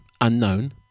unknown